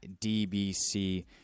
DBC